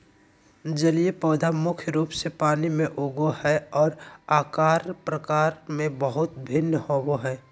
जलीय पौधा मुख्य रूप से पानी में उगो हइ, और आकार प्रकार में बहुत भिन्न होबो हइ